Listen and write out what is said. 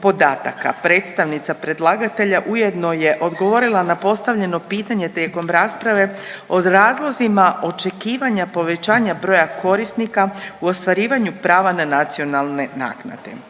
predstavnica predlagatelja ujedno je odgovorila na postavljeno pitanje tijekom rasprave o razlozima očekivanja povećanja broja korisnika u ostvarivanju prava na nacionalne naknade.